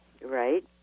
Right